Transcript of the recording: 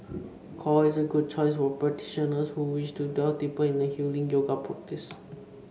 core is a good choice for practitioner who wish to delve deeper into a healing yoga practice